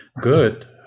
good